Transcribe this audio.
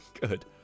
good